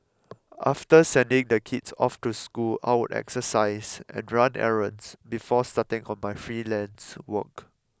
after sending the kids off to school I would exercise and run errands before starting on my freelance work